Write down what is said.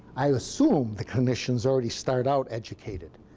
i assume the clinicians already start out educated,